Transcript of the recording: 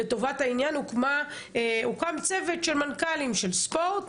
לטובת העניין הוקם צוות של מנכ"לים של ספורט,